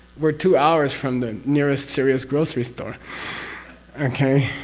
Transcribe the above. we're two hours from the nearest serious grocery store okay?